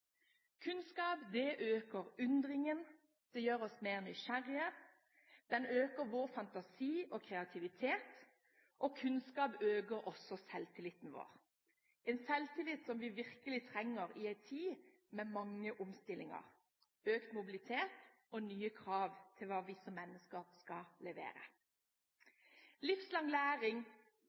Kunnskap øker undringen og gjør oss mer nysgjerrige, den øker vår fantasi og kreativitet. Kunnskap øker også selvtilliten vår, en selvtillit vi virkelig trenger i en tid med mange omstillinger, økt mobilitet og nye krav til hva vi som mennesker skal levere. Livslang læring